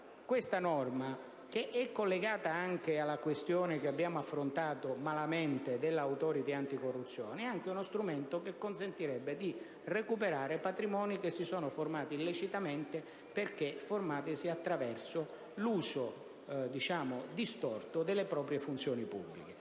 Questa norma, che è collegata anche alla questione, che abbiamo affrontato malamente, dell'*Authority* anticorruzione, è anche uno strumento che consentirebbe di recuperare patrimoni che si sono formati illecitamente attraverso l'uso distorto delle proprie funzioni pubbliche.